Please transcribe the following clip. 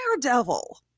daredevil